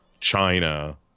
China